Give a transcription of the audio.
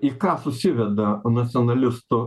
į ką susiveda nacionalistų